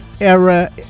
era